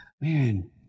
man